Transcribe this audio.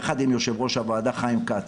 יחד עם יו"ר הוועדה חיים כץ,